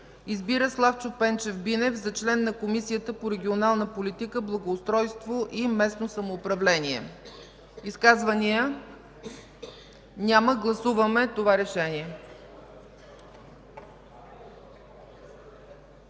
Избира Славчо Пенчев Бинев за член на Комисията по регионална политика, благоустройство и местно самоуправление.” Изказвания? Няма. Гласуваме това решение.